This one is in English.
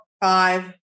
Five